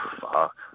Fuck